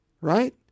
right